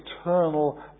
eternal